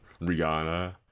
Rihanna